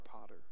potter